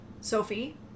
Sophie